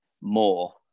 more